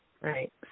right